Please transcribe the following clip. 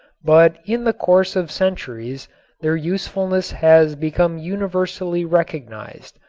but in the course of centuries their usefulness has become universally recognized.